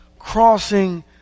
crossing